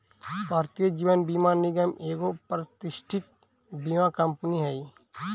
भारतीय जीवन बीमा निगम एगो प्रतिष्ठित बीमा कंपनी हई